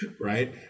right